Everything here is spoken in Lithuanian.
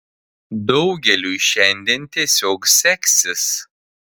daugeliui šiandien tiesiog seksis